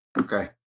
Okay